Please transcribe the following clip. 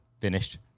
finished